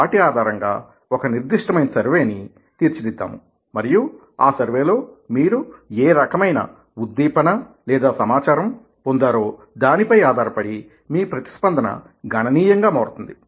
వాటి ఆధారంగా ఒక నిర్దిష్టమైన సర్వేని తీర్చిదిద్దాము మరియు ఆ సర్వే లో మీరు ఏ రకమైన ఉద్దీపన లేదా సమాచారం పొందారో దాని పై ఆధారపడి మీ ప్రతిస్పందన గణనీయంగా మారుతుంది